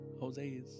Jose's